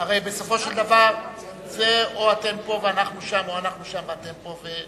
הרי בסופו של דבר זה או אתם פה ואנחנו שם או אנחנו שם ואתם פה,